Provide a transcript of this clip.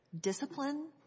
discipline